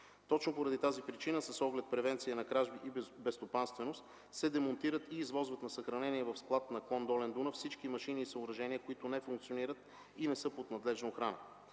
Точно поради тази причина, с оглед превенция на кражби и безстопанственост, се демонтират и извозват на съхранение в склад на клон „Долен Дунав” всички машини и съоръжения, които не функционират и не са под надлежна охрана.